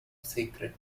sacred